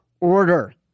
order